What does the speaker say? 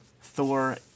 Thor